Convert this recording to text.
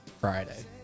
Friday